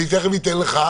אני תיכף אתן לך,